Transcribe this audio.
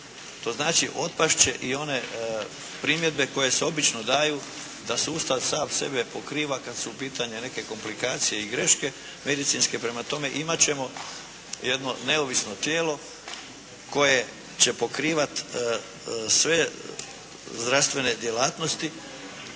To znači otpast će i one primjedbe koje se obično daju da sustav sam sebe pokriva kada su u pitanju neke komplikacije i greške medicinske. Prema tome imati ćemo jedno neovisno tijelo koje će pokrivati sve zdravstvene djelatnosti,